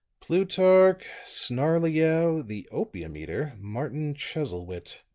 plutarch, snarleyow, the opium eater, martin chuzzlewit.